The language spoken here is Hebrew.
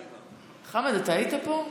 חמד, היית פה?